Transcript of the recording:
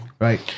Right